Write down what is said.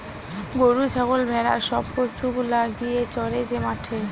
গরু ছাগল ভেড়া সব পশু গুলা গিয়ে চরে যে মাঠে